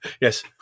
Yes